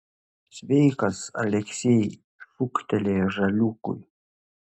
sveikas aleksej šūktelėjo žaliūkui